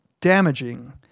damaging